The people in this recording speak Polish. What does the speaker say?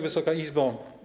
Wysoka Izbo!